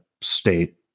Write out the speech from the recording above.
state